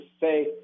say